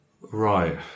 Right